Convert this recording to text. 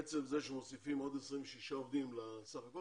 עצם זה שמוסיפים עוד 26 עובדים לסך הכול